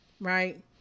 Right